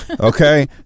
okay